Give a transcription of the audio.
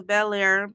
Bel-Air